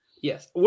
Yes